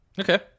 Okay